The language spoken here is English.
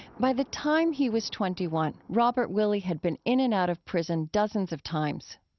by the time he was twenty one, robert willie had been in and out of prison dozens of times.